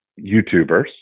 YouTubers